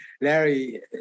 Larry